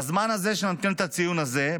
בזמן הזה שאני נותן את הציון הזה,